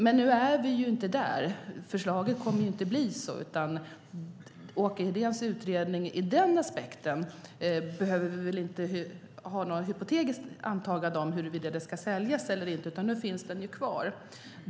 Men nu är vi inte där. Förslaget kommer inte att bli så. När det gäller Åke Hedéns utredning i den aspekten behöver vi inte ha något hypotetiskt antagande om huruvida det ska säljas eller inte; det finns ju kvar.